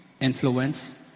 influence